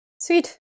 Sweet